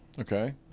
okay